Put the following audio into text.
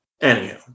Anyhow